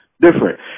different